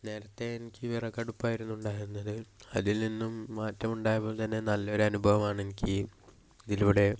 നേരത്തെ എനിക്ക് വിറകടുപ്പ് ആയിരുന്നു ഉണ്ടായിരുന്നത് അതിൽ നിന്നും മാറ്റം ഉണ്ടായപ്പോൾ തന്നെ നല്ലൊരു അനുഭവമാണ് എനിക്ക് ഇതിലൂടെ